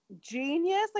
genius